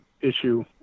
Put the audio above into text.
issue